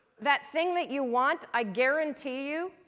that thing that you want, i guarantee you,